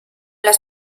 las